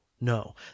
no